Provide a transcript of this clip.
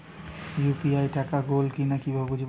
UPI টাকা গোল কিনা কিভাবে বুঝব?